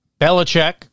Belichick